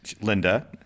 Linda